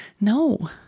no